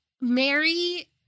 Mary